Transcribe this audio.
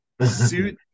suit